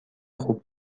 خوب